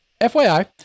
FYI